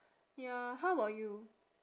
ya how about you